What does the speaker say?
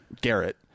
garrett